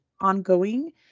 ongoing